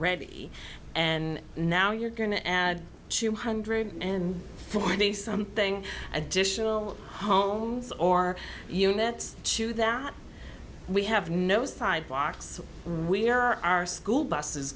already and now you're going to add two hundred and forty something additional homes or units to that we have no sidewalks where our school bus